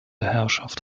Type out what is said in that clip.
herrschaft